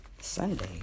Sunday